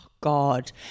God